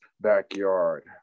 backyard